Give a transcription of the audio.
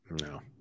No